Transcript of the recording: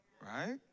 right